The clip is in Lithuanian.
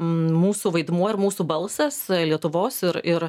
mūsų vaidmuo ir mūsų balsas lietuvos ir ir